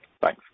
Thanks